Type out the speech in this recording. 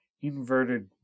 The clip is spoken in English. inverted